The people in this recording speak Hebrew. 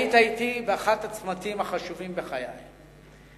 היית אתי באחד הצמתים החשובים בחיי,